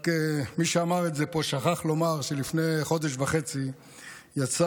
רק מי שאמר את זה פה שכח לומר שלפני חודש וחצי יצאה